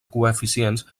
coeficients